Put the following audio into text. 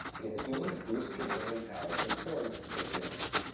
because if you want to boost your brain power, it's important to take notes.